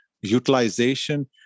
utilization